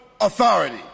Authority